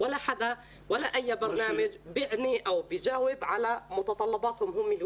ושאין אף תוכנית שעונה על הצרכים שלהם.